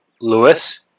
Lewis